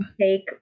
take